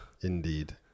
Indeed